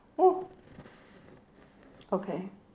oh okay